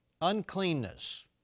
uncleanness